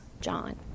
John